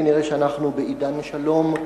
כנראה אנחנו בעידן השלום,